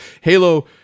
halo